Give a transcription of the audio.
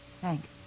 Thanks